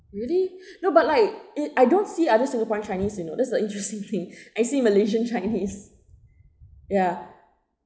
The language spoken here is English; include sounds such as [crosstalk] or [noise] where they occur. really [breath] no but like eh I don't see other singaporean chinese you know that's the interesting [laughs]